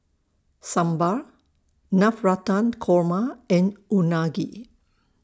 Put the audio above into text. Sambar Navratan Korma and Unagi